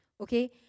okay